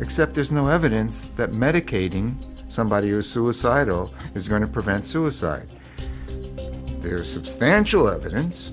except there's no evidence that medicating somebody or suicidal is going to prevent suicide there's substantial evidence